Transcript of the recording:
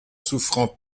souffrant